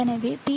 எனவே பி